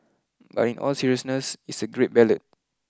but in all seriousness it's a great ballad